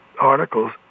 articles